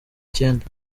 icyenda